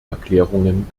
erklärungen